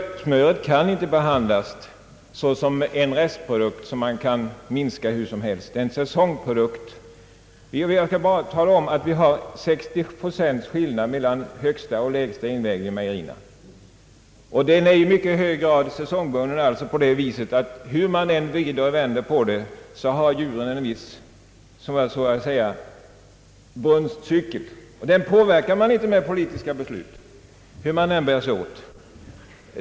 Man kan inte behandla smöret som en restprodukt och räkna med att minska produktionen hur som helst. Smöret är en säsongprodukt — vi har 60 procents skillnad mellan högsta och lägsta invägning i mejerierna. Invägningen är starkt säsongbunden — hur man än vrider och vänder på det har djuren en viss brunstcykel som inte påverkas genom politiska beslut.